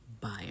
buyer